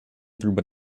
through